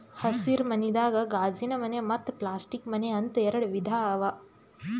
ಹಸಿರ ಮನಿದಾಗ ಗಾಜಿನಮನೆ ಮತ್ತ್ ಪ್ಲಾಸ್ಟಿಕ್ ಮನೆ ಅಂತ್ ಎರಡ ವಿಧಾ ಅವಾ